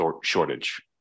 shortage